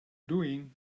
doing